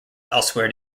elsewhere